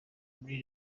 muri